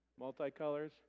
Multicolors